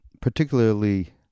particularly